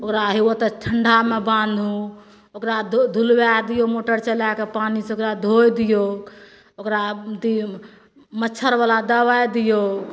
ओकरा हियो तऽ ठण्ढामे बान्हू ओकरा धो धुलबए दियौ मोटर चलाए कए पानी से ओकरा धो दियौ ओकरा डेंग मच्छर बला दबाइ दियौ